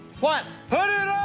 what? put it